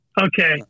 Okay